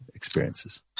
experiences